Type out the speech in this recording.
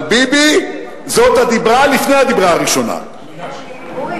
אבל ביבי זה הדיבר לפני הדיבר הראשון, אני אמרתי.